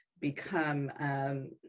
become